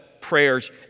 Prayers